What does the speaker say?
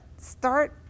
Start